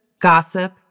gossip